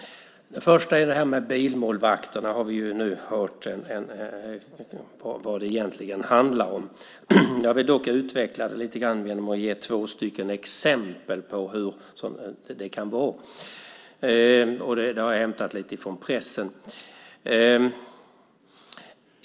Det första är frågan om bilmålvakterna, och vi har nu hört vad det egentligen handlar om. Jag vill dock utveckla det lite grann genom att ge två exempel på hur det kan vara, och jag har hämtat dem från pressen.